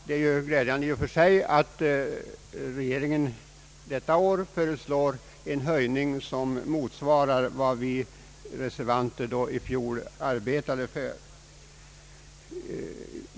Det är ju glädjande i och för sig att regeringen detta år föreslår en höjning som motsvarar vad vi reservanter i fjol arbetade för.